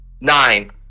Nine